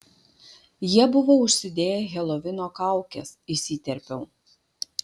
jie buvo užsidėję helovino kaukes įsiterpiau